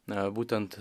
na būtent